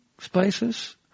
spaces